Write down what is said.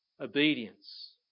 obedience